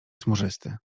smużysty